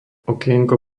okienko